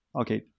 Okay